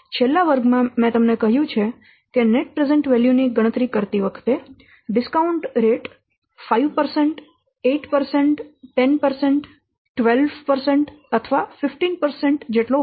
છેલ્લા વર્ગમાં મેં તમને કહ્યું કે નેટ પ્રેઝન્ટ વેલ્યુ ની ગણતરી કરતી વખતે ડિસ્કાઉન્ટ રેટ 5 8 10 12 અથવા 15 જેટલો હોય છે